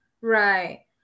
right